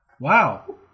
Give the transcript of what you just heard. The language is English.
Wow